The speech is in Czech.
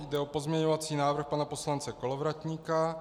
Jde o pozměňovací návrh pana poslance Kolovratníka.